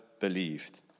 believed